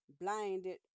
blinded